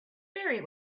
very